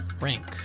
rank